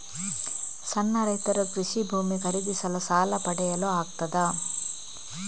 ಸಣ್ಣ ರೈತರು ಕೃಷಿ ಭೂಮಿ ಖರೀದಿಸಲು ಸಾಲ ಪಡೆಯಲು ಆಗ್ತದ?